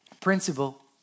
principle